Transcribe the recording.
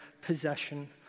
possession